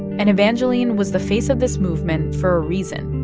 and evangeline was the face of this movement for a reason.